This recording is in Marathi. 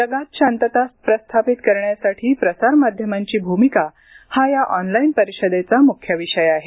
जगात शांतता प्रस्थापित करण्यासाठी प्रसार माध्यमांची भ्रमिका हा या ऑनलाईन परिषदेचा मुख्य विषय आहे